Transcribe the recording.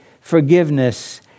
forgiveness